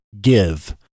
give